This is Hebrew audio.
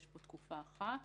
יש פה תקופה אחת